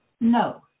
No